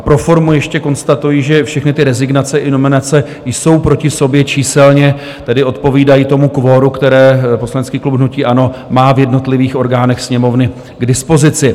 Pro formu ještě konstatuji, že všechny ty rezignace i nominace jsou proti sobě číselně, tedy odpovídají kvoru, které poslanecký klub hnutí ANO má v jednotlivých orgánech Sněmovny k dispozici.